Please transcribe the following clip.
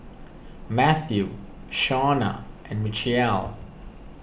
Mathew Shona and Michial